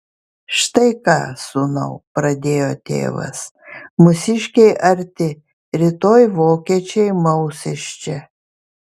štai ką sūnau pradėjo tėvas mūsiškiai arti rytoj vokiečiai maus iš čia